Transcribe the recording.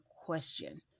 question